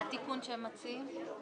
התיקון שהם מציעים?